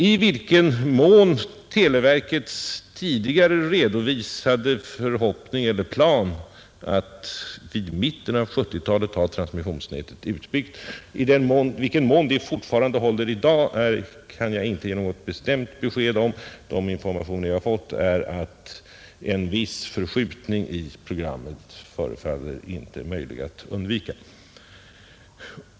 I vilken mån televerkets tidigare redovisade plan att vid mitten av 1970-talet ha transmissionsnätet utbyggt håller i dag kan jag inte ge något bestämt besked om; enligt de informationer som jag har fått synes en viss förskjutning av programmet inte vara möjlig att undvika.